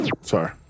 Sorry